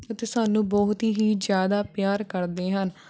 ਅਤੇ ਸਾਨੂੰ ਬਹੁਤ ਹੀ ਜ਼ਿਆਦਾ ਪਿਆਰ ਕਰਦੇ ਹਨ